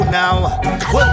now